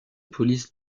police